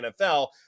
NFL